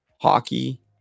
Hockey